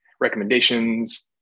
recommendations